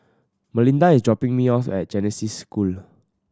Melinda is dropping me off at Genesis School